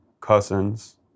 cousins